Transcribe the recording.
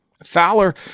Fowler